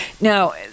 Now